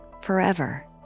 forever